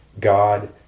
God